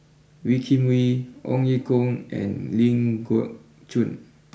Wee Kim Wee Ong Ye Kung and Ling Geok Choon